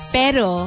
pero